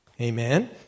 Amen